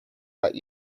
that